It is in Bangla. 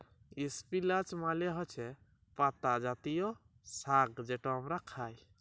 ইস্পিলাচ মালে হছে পাতা জাতীয় সাগ্ যেট আমরা খাই